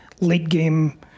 late-game